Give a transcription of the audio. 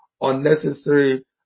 unnecessary